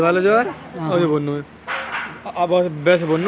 मैदा का ज्यादा प्रयोग स्वास्थ्य के लिए नुकसान देय माना जाता है